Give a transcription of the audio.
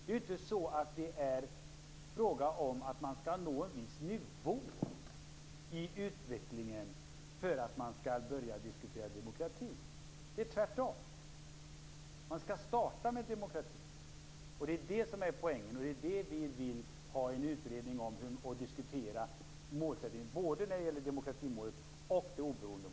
Det är ju inte fråga om att man skall uppnå en viss nivå i utvecklingen för att kunna börja diskutera demokrati. Tvärtom skall man starta med demokrati. Det är detta som är poängen. Det är därför vi vill att både demokratimålet och oberoendemålet skall utredas och diskuteras.